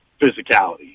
physicality